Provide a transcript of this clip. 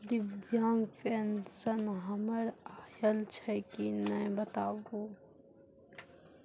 दिव्यांग पेंशन हमर आयल छै कि नैय बताबू?